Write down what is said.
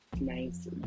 nice